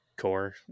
Core